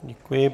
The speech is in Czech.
Děkuji.